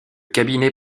cabinet